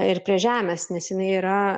ir prie žemės nes jinai yra